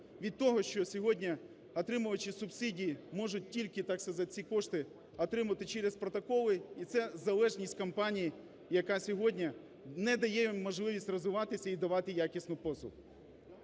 від того, що сьогодні отримувачі субсидій можуть тільки, так сказать, ці кошти отримати через протоколи, і це залежність компаній, яка сьогодні не дає їм можливість розвиватися і давати якісну послугу.